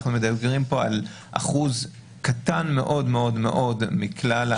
אנחנו מדברים פה על אחוז קטן מאוד מאוד מאוד מכלל התיקים.